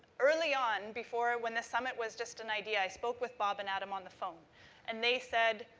early on, before, when the summit was just an idea, i spoke with bob and adam on the phone and they said,